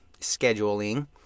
scheduling